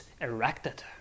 erected